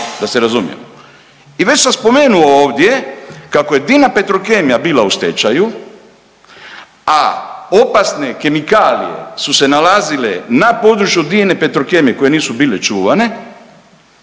da se razumijemo. I već sam spomenuo ovdje kako je Dina Petrokemija bila u stečaju, a opasne kemikalije su se nalazile na području Dine Petrokemije koje nisu bile čuvane.